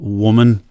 woman